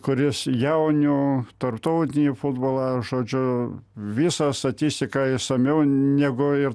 kuris jaunių tarptautinį futbolą žodžiu visą statistiką išsamiau negu ir